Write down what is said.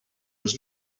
was